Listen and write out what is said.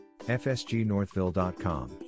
fsgnorthville.com